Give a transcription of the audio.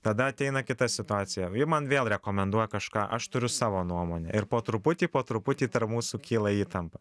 tada ateina kita situacija ji man vėl rekomenduoja kažką aš turiu savo nuomonę ir po truputį po truputį tarp mūsų kyla įtampa